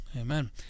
Amen